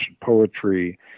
poetry